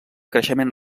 creixement